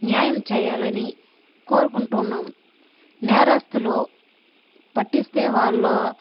న్యాయం చేయాలని కోరుకుంటున్నాం నేరస్తులు పట్టిస్తే వాళ్ళు